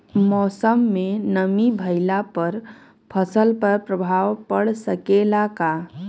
मौसम में नमी भइला पर फसल पर प्रभाव पड़ सकेला का?